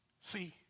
See